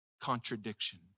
contradiction